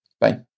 Bye